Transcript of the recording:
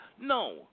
No